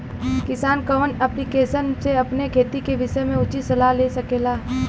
किसान कवन ऐप्लिकेशन से अपने खेती के विषय मे उचित सलाह ले सकेला?